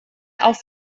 auf